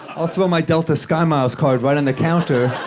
i'll throw my delta skymiles card right on the counter.